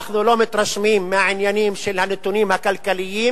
ואנחנו לא מתרשמים מהנתונים הכלכליים,